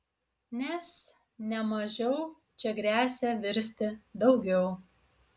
nes ne mažiau čia gresia virsti daugiau